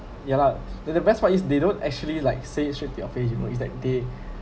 ya lah the the best part is they don't actually like say it straight to your face you know is that they